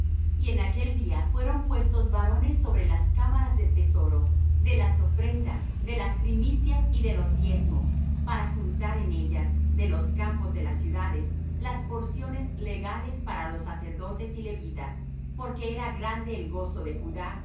y en aquel día fueron puestos varones sobres las cámaras de los tesoros de las ofrendas de las primicias y de los diezmos para juntar en ellas de los campos de la ciudades las porciones legales para los sacerdotes y levitas porque era grande el gozo de judá